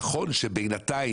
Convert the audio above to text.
נכון שבינתיים,